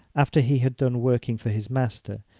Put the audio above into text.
after he had done working for his master,